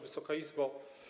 Wysoka Izbo!